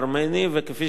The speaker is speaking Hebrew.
וכפי שאמרתי,